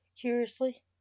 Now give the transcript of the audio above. curiously